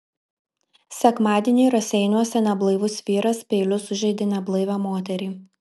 sekmadienį raseiniuose neblaivus vyras peiliu sužeidė neblaivią moterį